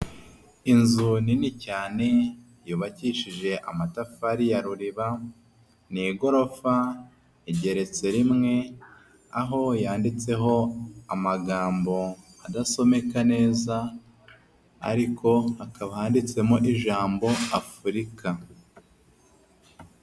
Inzu nini cyane yubakishije amatafari ya ruriba, ni igorofa, igeretse rimwe, aho yanditseho amagambo adasomeka neza ariko hakaba handitsemo ijambo Afurika.